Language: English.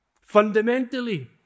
Fundamentally